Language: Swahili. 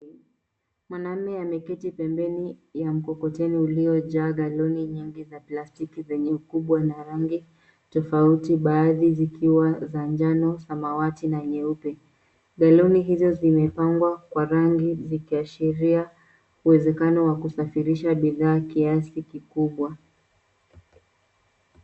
Mwanaume ameketi pembeni ya mkokoteni uliojaa galoni nyingi za plastiki zenye ukubwa na rangi tofauti, baadhi zikiwa za njano, samawati na nyeupe. Galoni hizo zimepangwa kwa rangi zikiashiria uwezekano wa kusafirisha bidhaa kiasi kikubwa.